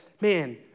Man